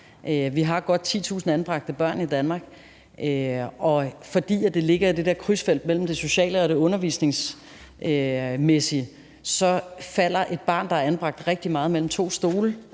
Vi har godt 10.000 anbragte børn i Danmark, og fordi det ligger i det der krydsfelt mellem det sociale og det undervisningsmæssige, falder et barn, der er anbragt, ofte rigtig meget mellem to stole,